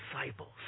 disciples